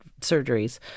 surgeries